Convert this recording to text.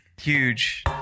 Huge